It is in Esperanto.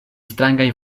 strangaj